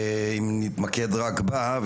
אם נתמקד רק בה,